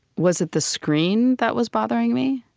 was it the screen that was bothering me?